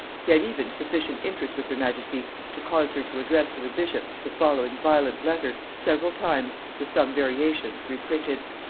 he had even sufficient interest with her majesty to cause her to address to the bishop the following violent letter, several times, with some variations, reprinted.